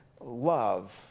love